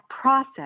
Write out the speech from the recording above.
process